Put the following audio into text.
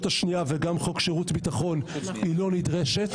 השנייה וגם חוק שירות ביטחון אינה נדרשת.